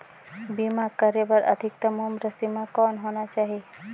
बीमा करे बर अधिकतम उम्र सीमा कौन होना चाही?